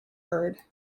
bird